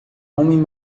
homem